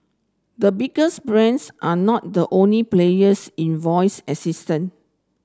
the biggest brands are not the only players in voice assistant